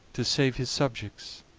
to save his subjects,